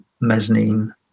Mezzanine